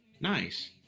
Nice